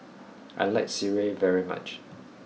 I like Sireh very much